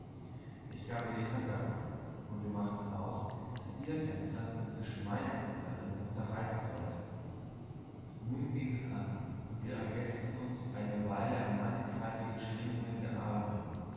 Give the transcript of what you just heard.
ich gab ihr die hand darauf und wir machten aus daß ihr tänzer inzwischen meine tänzerin unterhalten sollte nun ging's an und wir ergetzten uns eine weile an manigfaltigen schlingungen der arme